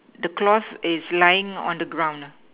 the cloth is lying on the ground